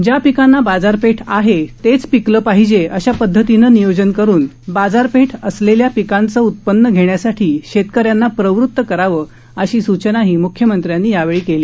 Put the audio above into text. ज्या पिकांना बाजारपेठ आहे तेच पिकलं पाहिजे अशा पदधतीनं नियोजन करुन बाजारपेठ असलेल्या पिकांचं उत्पन्न घेण्यासाठी शेतकऱ्यांना प्रवृत करावं अशी सूचनाही म्ख्यमंत्र्यांनी यावेळी केली